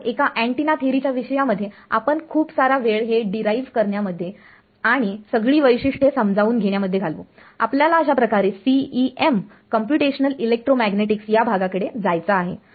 तर एका अँटिना थेरीच्या विषयामध्ये आपण खूप सारा वेळ हे डीराईव्ह करण्यामध्ये आणि सगळी वैशिष्ट्ये समजावून घेण्यामध्ये घालवू आपल्याला अशाप्रकारे CEM कंप्यूटेशनल इलेक्ट्रोमॅग्नेटिक्स या भागाकडे जायचं आहे